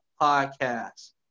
Podcast